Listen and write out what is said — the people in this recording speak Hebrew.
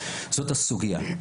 זאת הסוגייה,